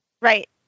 Right